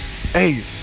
Hey